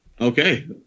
okay